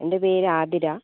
എൻ്റെ പേര് അതിര